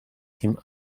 him